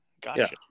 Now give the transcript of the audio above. Gotcha